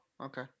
okay